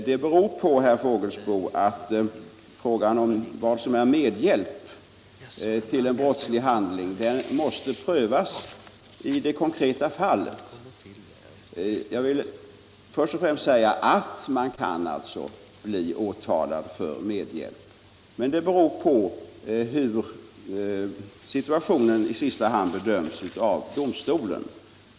Detta, herr Fågelsbo, beror på att frågan om vad som är medhjälp till en brottslig handling måste prövas i det konkreta fallet. Jag vill först och främst säga art man kan bli åtalad för medhjälp men att det i sista hand beror på hur situationen bedöms av domstolen.